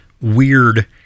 weird